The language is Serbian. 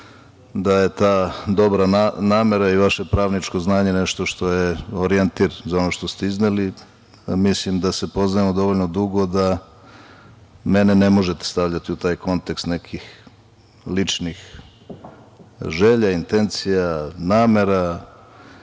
da je ta dobra namera i vaše pravničko znanje nešto što je orijentir za ono što ste izneli. Mislim da se poznajemo dovoljno dugo da mene ne možete stavljati u taj kontekst nekih ličnih želja, intencija, namera.